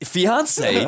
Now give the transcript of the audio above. Fiance